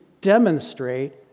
demonstrate